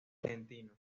argentino